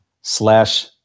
slash